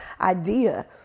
idea